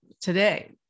today